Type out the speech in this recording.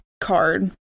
card